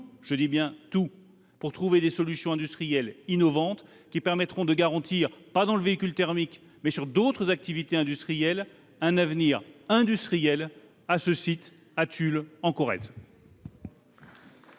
je dis bien : tout -pour trouver des solutions industrielles innovantes, permettant de garantir, non pas dans le domaine du véhicule thermique, mais sur d'autres activités, un avenir industriel à ce site de Tulle, en Corrèze.